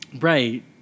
Right